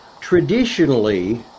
traditionally